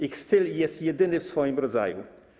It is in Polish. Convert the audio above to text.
Ich styl jest jedyny w swoim rodzaju.